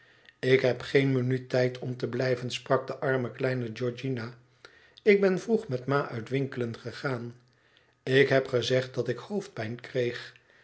ik heb geen minuut tijd om te blijven sprak de arme kleine georgiana lik ben vroeg met ma uit winkelen gegaan ik heb gezegd dat ik hoofdpijn kreeg